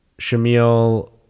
Shamil